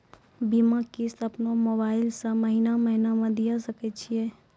बीमा किस्त अपनो मोबाइल से महीने महीने दिए सकय छियै?